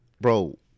bro